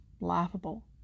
laughable